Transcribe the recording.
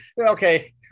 okay